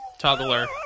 toggler